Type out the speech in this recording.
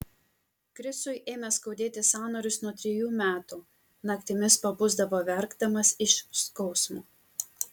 krisui ėmė skaudėti sąnarius nuo trejų metų naktimis pabusdavo verkdamas iš skausmo